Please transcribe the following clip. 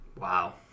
Wow